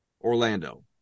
Orlando